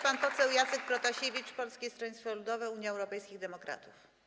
Pan poseł Jacek Protasiewicz, Polskie Stronnictwo Ludowe - Unia Europejskich Demokratów.